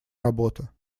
работа